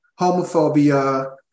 homophobia